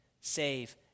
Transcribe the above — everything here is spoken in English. save